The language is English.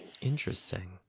Interesting